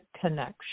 connection